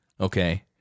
okay